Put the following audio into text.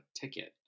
ticket